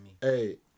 Hey